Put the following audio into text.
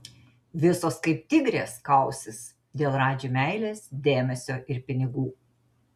visos kaip tigrės kausis dėl radži meilės dėmesio ir pinigų